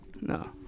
No